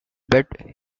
bet